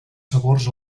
sabors